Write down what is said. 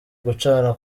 gucana